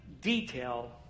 detail